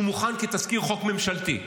שהוא מוכן כתסקיר חוק ממשלתי,